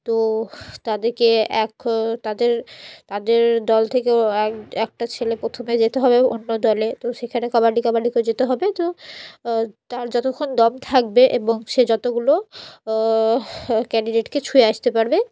তো তাদেরকে এক তাদের তাদের দল থেকেও এক একটা ছেলে প্রথমে যেতে হবে অন্য দলে তো সেখানে কাবাডি কাবাডি করে যেতে হবে তো তার যতক্ষণ দম থাকবে এবং সে যতগুলো ক্যান্ডিডেটকে ছুঁয়ে আসতে পারবে